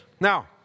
Now